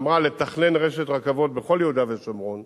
שאמרה לתכנן רשת רכבות בכל יהודה ושומרון,